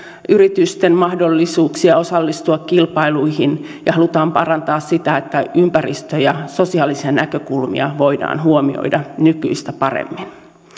yritysten mahdollisuuksia osallistua kilpailuihin ja halutaan parantaa sitä että ympäristö ja sosiaalisia näkökulmia voidaan huomioida nykyistä paremmin